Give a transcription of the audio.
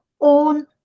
own